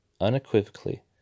unequivocally